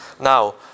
Now